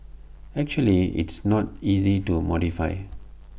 actually it's not easy to modify